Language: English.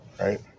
right